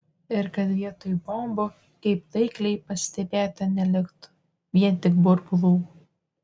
ir kad vietoj bombų kaip taikliai pastebėta neliktų vien tik burbulų